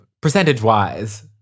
percentage-wise